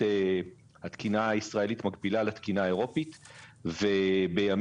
הוראות לפי סעיפים קטנים (א) ו-(ב),